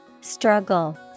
Struggle